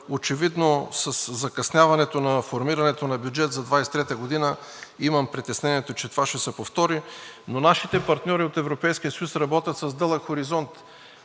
очевидно със закъсняването на формирането на бюджет за 2023 г., имам притеснението, че това ще се повтори, но нашите партньори от Европейския съюз работят с дълъг хоризонт.